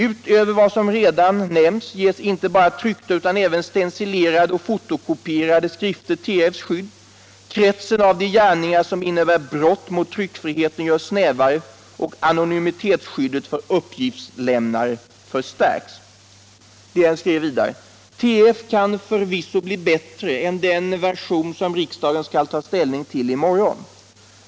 Utöver vad som redan nämnts ges inte bara tryckta utan även stencilerade och fotokopierade skrifter TF:s skydd, kretsen av de gärningar som innebär brott mot tryckfriheten görs snävare och anonymitetsskyddet för uppgiftslämnare stärks.” DN skrev vidare: ”TF kan förvisso bli bättre än den version som riksdagen skall ta ställning till i morgon.